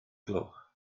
gloch